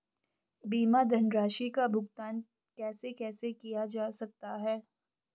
बीमा धनराशि का भुगतान कैसे कैसे किया जा सकता है?